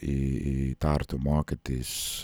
į į tartu mokytis